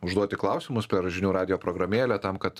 užduoti klausimus per žinių radijo programėlę tam kad